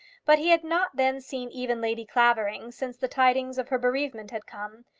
but he had not then seen even lady clavering since the tidings of her bereavement had come,